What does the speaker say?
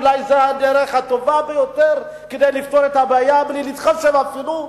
אולי זו הדרך הטובה ביותר כדי לפתור את הבעיה בלי להתחשב אפילו,